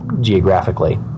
geographically